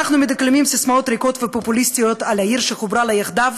אנחנו מדקלמים ססמאות ריקות ופופוליסטיות על העיר שחוברה לה יחדיו,